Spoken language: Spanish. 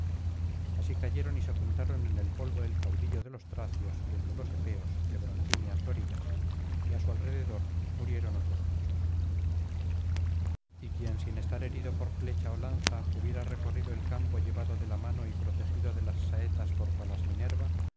así cayeron y se juntaron en el polvo el caudillo de los tracios y el de los epeos de broncíneas lorigas y á su alrededor murieron otros muchos y quien sin estar herido por flecha ó lanza hubiera recorrido el campo llevado de la mano y protegido de las saetas por palas minerva